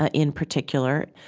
ah in particular.